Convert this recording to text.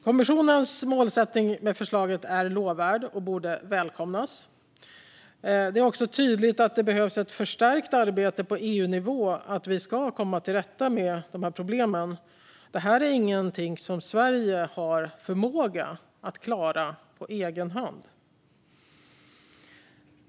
Kommissionens målsättning med förslaget är lovvärd och borde välkomnas. Det är också tydligt att det behövs ett förstärkt arbete på EU-nivå för att vi ska komma till rätta med problemen. Det här är inget som Sverige har förmåga att klara på egen hand.